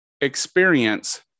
experience